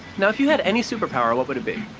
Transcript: now, if you had any super power, what would it be?